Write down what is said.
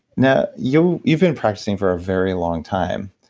now, you've you've been practicing for a very long time,